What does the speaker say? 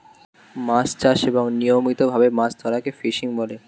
মাছ চাষ এবং নিয়মিত ভাবে মাছ ধরাকে ফিশিং বলে